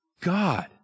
God